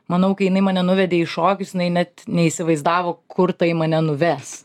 manau kai jinai mane nuvedė į šokius net neįsivaizdavo kur tai mane nuves